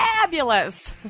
fabulous